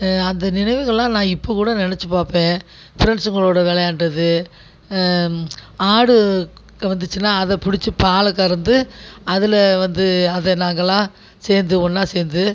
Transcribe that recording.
அந்த நினைவுகள்லாம் நான் இப்போது கூட நெனைச்சு பார்ப்பேன் ஃபிரண்ட்ஸுங்களோடு விளையாண்டது ஆடு குறுக்கே வந்துச்சுன்னா அதை பிடிச்சி பாலை கறந்து அதில் வந்து அதை நாங்களெலாம் சேர்ந்து ஒன்றா சேர்ந்து